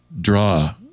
draw